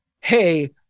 Hey